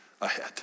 ahead